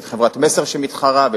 יש חברת "מסר" שמתחרה,